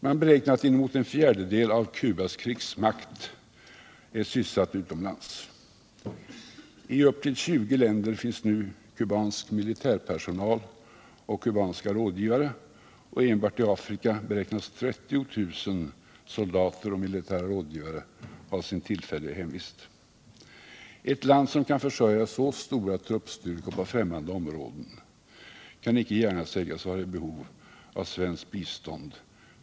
Man beräknar att inemot en fjärdedel av Cubas krigsmakt är sysselsatt utomlands, I upp till 20 länder finns kubansk militärpersonal och kubanska rådgivare, och enbart i Afrika beräknas 30000 soldater och militära rådgivare ha sin tillfälliga hemvist. Ett land som kan försörja så stora truppstyrkor på främmande områden kan inte gärna sägas vara i behov av svenskt bistånd.